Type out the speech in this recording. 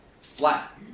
flat